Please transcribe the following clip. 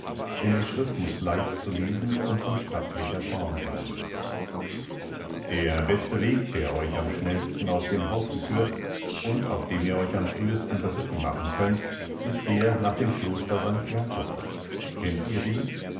denn die schrift muß leicht zu lesen und von stattlicher form sein der beste weg der euch am schnellsten aus dem haufen führt und auf dem ihr euch am frühesten beritten machen könnt ist der nach dem kloster st jakob kennt ihr den